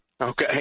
Okay